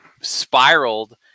spiraled